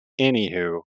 Anywho